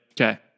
Okay